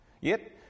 Yet